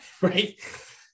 right